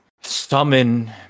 summon